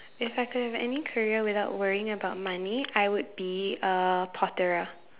if I could have any career without worrying about money I would be a potterer